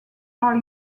are